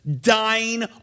dying